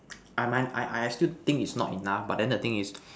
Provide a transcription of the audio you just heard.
I my I I still think it's not enough but then the thing is